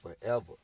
forever